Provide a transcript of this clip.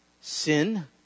Sin